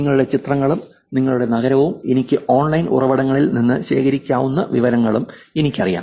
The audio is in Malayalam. നിങ്ങളുടെ ചിത്രങ്ങളും നിങ്ങളുടെ നഗരവും എനിക്ക് ഓൺലൈൻ ഉറവിടങ്ങളിൽ നിന്ന് ശേഖരിക്കാവുന്ന വിവരങ്ങളും എനിക്കറിയാം